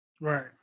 Right